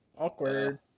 Awkward